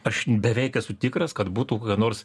aš beveik esu tikras kad būtų kokia nors